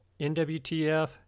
NWTF